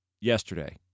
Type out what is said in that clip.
yesterday